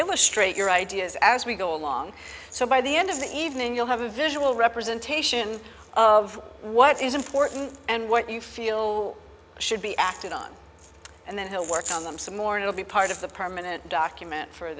illustrate your ideas as we go along so by the end of the evening you'll have a visual representation of what is important and what you feel should be acted on and then to work on them some more and will be part of the permanent document for